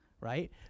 right